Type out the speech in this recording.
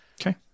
Okay